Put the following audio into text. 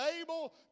able